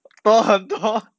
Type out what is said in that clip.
多很多